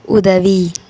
உதவி